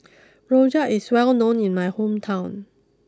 Rojak is well known in my hometown